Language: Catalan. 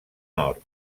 nord